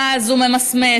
הוא ממסמס.